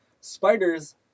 Spiders